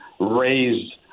raised